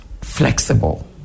flexible